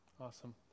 awesome